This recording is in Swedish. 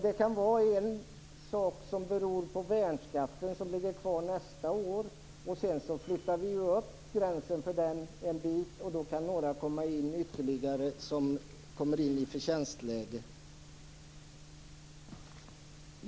Det kan bero på t.ex. värnskatten som kommer att finnas kvar nästa år. När sedan gränsen höjs kan ytterligare några komma in i förtjänstläge.